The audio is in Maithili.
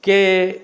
के